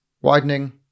widening